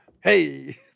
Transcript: hey